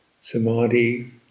samadhi